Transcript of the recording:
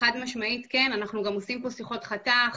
חד משמעית כן, אנחנו גם עושים שיחות חתך